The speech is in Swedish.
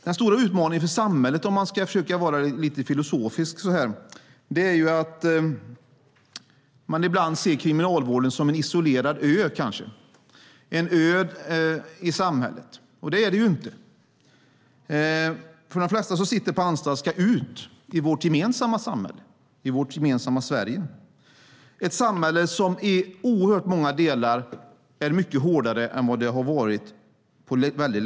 Den stora utmaningen för samhället - om man ska försöka att vara lite filosofisk - är att kriminalvården ibland ses som en isolerad ö i samhället, men så är det ju inte. De flesta som sitter på anstalt ska ut i vårt gemensamma samhälle, i vårt gemensamma Sverige. Det är ett samhälle som i många delar är mycket hårdare än vad det har varit på länge.